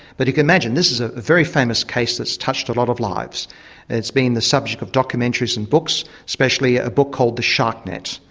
but you can imagine, this is a very famous case that's touched a lot of lives and it's been the subject of documentaries and books, especially a book called the shark net.